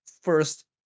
first